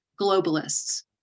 globalists